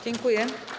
Dziękuję.